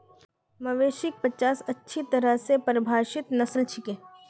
मवेशिक पचास अच्छी तरह स परिभाषित नस्ल छिके